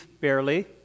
barely